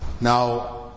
Now